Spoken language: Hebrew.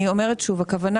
אני אומרת שוב, הכוונה